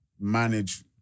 manage